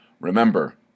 Remember